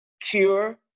cure